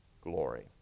glory